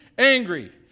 Angry